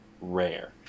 rare